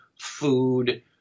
food